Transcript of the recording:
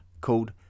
called